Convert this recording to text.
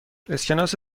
اسکناس